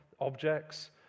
objects